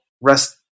rest